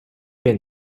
been